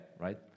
right